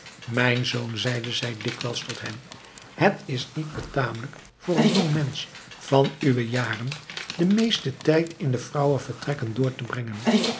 mijn zoon zeide zij dikwijls tot hem het is niet betamelijk voor een jongmensch van uwe jaren den meesten tijd in de vrouwenvertrekken door te brengen